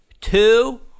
two